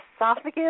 esophagus